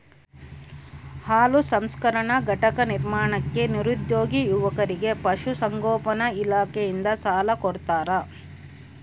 ಹಾಲು ಸಂಸ್ಕರಣಾ ಘಟಕ ನಿರ್ಮಾಣಕ್ಕೆ ನಿರುದ್ಯೋಗಿ ಯುವಕರಿಗೆ ಪಶುಸಂಗೋಪನಾ ಇಲಾಖೆಯಿಂದ ಸಾಲ ಕೊಡ್ತಾರ